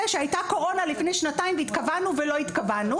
שהייתה קורונה לפני שנתיים והתכוונו ולא התכוונו.